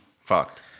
Fucked